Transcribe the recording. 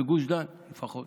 בגוש דן לפחות.